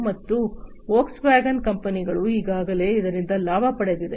ಮತ್ತು ವೋಕ್ಸ್ವ್ಯಾಗನ್ನಂತಹ ಕಂಪನಿಗಳು ಈಗಾಗಲೇ ಅದರಿಂದ ಲಾಭ ಪಡೆದಿವೆ